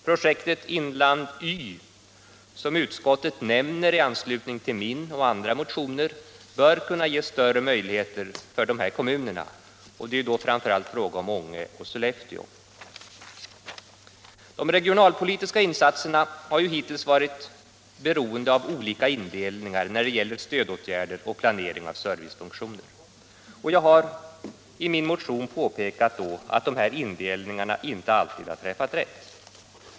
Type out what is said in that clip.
Projektet Inland Y som utskottet nämner i anslutning till min och andra motioner, bör kunna ge större möjligheter för dessa kommuner. Det gäller då framför allt Ånge och Sollefteå. De regionalpolitiska insatserna har ju hittills varit beroende av olika indelningar när det gäller stödåtgärder och planering av servicefunktioner. Jag har i min motion påpekat att dessa indelningar inte alltid träffat rätt.